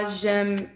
j'aime